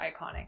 iconic